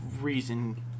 reason